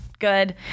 good